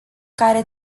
care